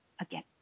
again